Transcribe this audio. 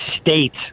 States